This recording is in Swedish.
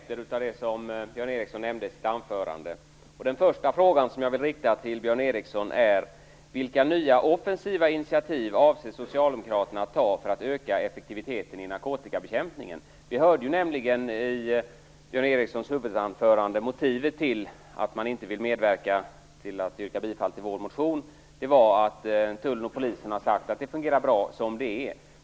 Herr talman! Jag vill ta upp två aspekter på det som Björn Ericson nämnde i sitt anförande. Den första frågan som jag vill rikta till Björn Ericson är: Vilka nya offensiva initiativ avser socialdemokraterna att ta för att öka effektiviteten i narkotikabekämpningen? Vi hörde ju i Björn Ericsons huvudanförande att motivet till att man inte vill medverka till att yrka bifall till vår motion är att tullen och polisen har sagt att det fungerar bra som det är.